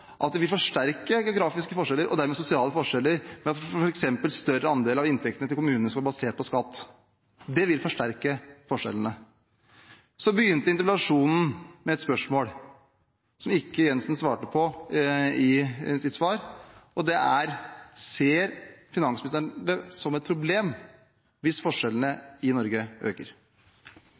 Vil de forsterke geografiske forskjeller og dermed sosiale forskjeller, ved at f.eks. en større andel av inntektene til kommunene skal være basert på skatt? Det vil forsterke forskjellene. Så begynte interpellasjonen med et spørsmål som ikke Jensen svarte på i sitt svar, og det er: Ser finansministeren det som et problem hvis forskjellene i Norge øker?